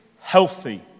healthy